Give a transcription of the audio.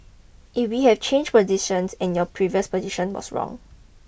if we have changed position and your previous position was wrong